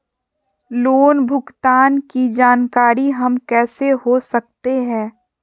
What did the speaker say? Loan भुगतान की जानकारी हम कैसे हो सकते हैं?